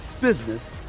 business